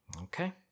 Okay